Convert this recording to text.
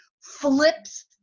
flips